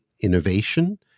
innovation